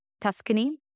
Tuscany